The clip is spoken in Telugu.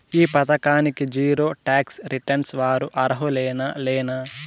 ఈ పథకానికి జీరో టాక్స్ రిటర్న్స్ వారు అర్హులేనా లేనా?